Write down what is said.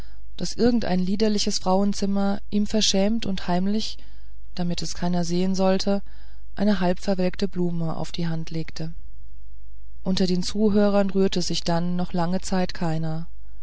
daß irgendein liederliches frauenzimmer ihm verschämt und heimlich damit es keiner sehen sollte eine halbwelke blume auf die hand legte von den zuhörern rührte sich dann noch lange zeit keiner